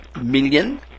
million